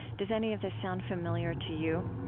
does any of this sound familiar to you?